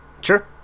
Sure